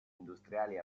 industriali